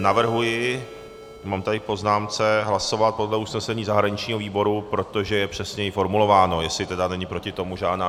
Navrhuji, mám tady v poznámce, hlasovat podle usnesení zahraničního výboru, protože je přesněji formulováno, jestli tedy není proti tomu žádná námitka.